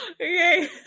Okay